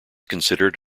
considered